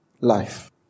life